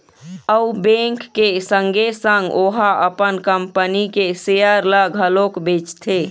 अउ बेंक के संगे संग ओहा अपन कंपनी के सेयर ल घलोक बेचथे